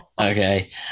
Okay